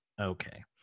Okay